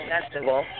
Festival